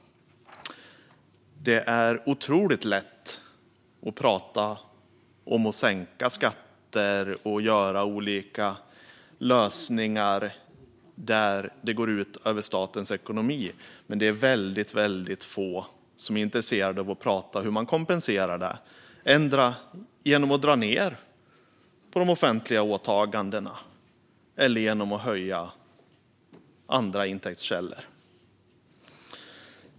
Det är otroligt lätt att prata om att sänka skatter och skapa olika lösningar som går ut över statens ekonomi. Men det är väldigt få som är intresserade av att prata om hur man kompenserar för det, antingen genom att dra ned på de offentliga åtagandena eller genom att öka andra intäktskällor.